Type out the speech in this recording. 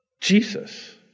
Jesus